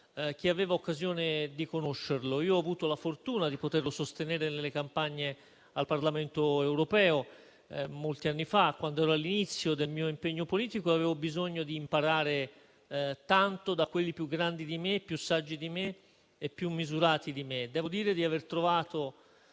chi aveva occasione di conoscerlo. Ho avuto la fortuna di poterlo sostenere nelle campagne al Parlamento europeo, molti anni fa, quando ero all'inizio del mio impegno politico e avevo bisogno di imparare tanto da quelli più grandi, saggi e misurati di me. Devo dire di aver trovato